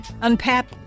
unpack